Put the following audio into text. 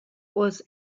was